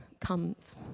comes